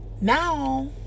now